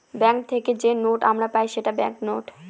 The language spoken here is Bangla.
ব্যাঙ্ক থেকে যে নোট আমরা পাই সেটা ব্যাঙ্ক নোট